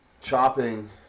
chopping